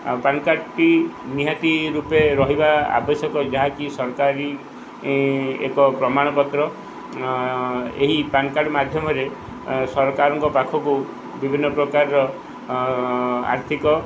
ପାନ୍ କାର୍ଡ଼୍ଟି ନିହାତି ରୂପେ ରହିବା ଆବଶ୍ୟକ ଯାହାକି ସରକାରୀ ଏକ ପ୍ରମାଣପତ୍ର ଏହି ପାନ୍ କାର୍ଡ଼୍ ମାଧ୍ୟମରେ ସରକାରଙ୍କ ପାଖକୁ ବିଭିନ୍ନପ୍ରକାରର ଆର୍ଥିକ